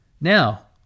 Now